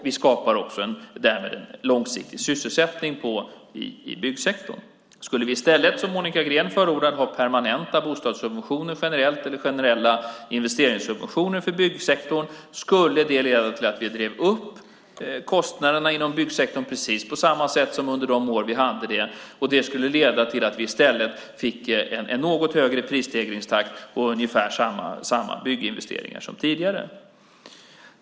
Vi skapar därmed också en långsiktig sysselsättning i byggsektorn. Skulle vi i stället, som Monica Green förordar, ha permanenta bostadssubventioner generellt eller generella investeringssubventioner för byggsektorn skulle det leda till att vi drev upp kostnaderna inom byggsektorn, precis på samma sätt som under de år vi hade detta. Det skulle leda till att vi i stället fick en något högre prisstegringstakt och ungefär samma bygginvesteringar som tidigare.